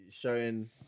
Showing